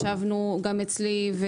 ישבנו גם אצלי.